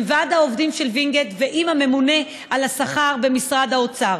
עם ועד העובדים של וינגייט ועם הממונה על השכר במשרד האוצר.